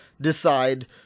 decide